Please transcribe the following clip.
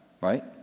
right